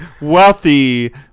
wealthy